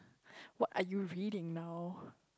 what are you reading now